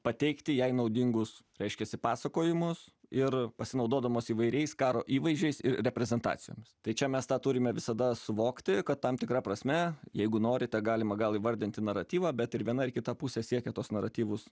pateikti jai naudingus reiškiasi pasakojimus ir pasinaudodamos įvairiais karo įvaizdžiais ir reprezentacijomis tai čia mes tą turime visada suvokti kad tam tikra prasme jeigu norite galima gal įvardinti naratyvą bet ir viena ir kita pusė siekia tuos naratyvus